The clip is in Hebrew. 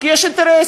כי יש אינטרסים,